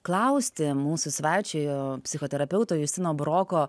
klausti mūsų svečio psichoterapeuto justino buroko